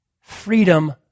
freedom